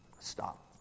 Stop